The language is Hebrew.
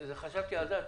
חשבתי על זה.